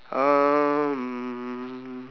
um